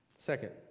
second